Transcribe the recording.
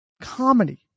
comedy